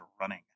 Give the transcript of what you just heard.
running